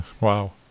Wow